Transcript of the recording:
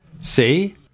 See